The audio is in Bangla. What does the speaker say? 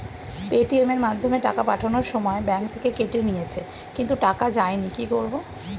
পেটিএম এর মাধ্যমে টাকা পাঠানোর সময় ব্যাংক থেকে কেটে নিয়েছে কিন্তু টাকা যায়নি কি করব?